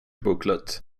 booklet